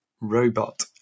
robot